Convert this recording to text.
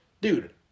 Dude